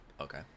Okay